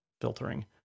filtering